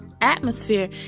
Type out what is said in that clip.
atmosphere